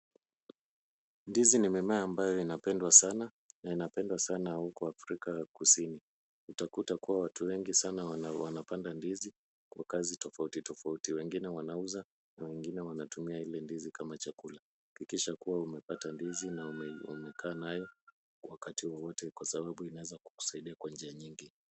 Ndizi ni mimea ambayo inapendwa sana na inapendwa sana huko Afrika kusuni. Utakuta kuwa watu wengi sana wanapanda ndizi kwa kazi tofauti tofauti. Wengine wanauza na wengine wanatumia ile ndizi kama chakula. Hakikisha kuwa umepata ndizi na umekaa nayo wakati wowote kwa sababu inaeza kusaidia kwa njia nyingi.